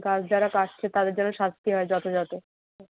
গাছ যারা কাটছে তাদের যেন শাস্তি হয় যথাযথ